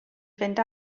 fynd